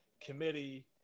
committee